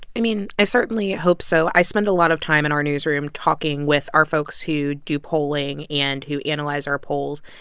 i mean, i certainly hope so. i spend a lot of time in our newsroom talking with our folks who do polling and who analyze our polls.